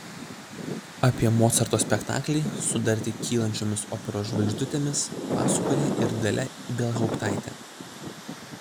apie mocarto spektaklį su dar tik kylančiomis operos žvaigždutėmis pasakoja ir dalia ibelhauptaitė